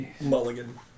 Mulligan